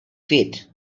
feet